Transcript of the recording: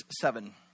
seven